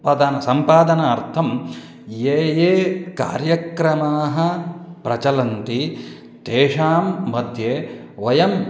पदानां सम्पादनार्थं ये ये कार्यक्रमाः प्रचलन्ति तेषां मध्ये वयं